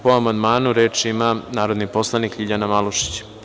Po amandmanu, reč ima narodni poslanik Ljiljana Malušić.